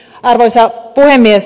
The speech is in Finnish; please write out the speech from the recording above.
arvoisa puhemies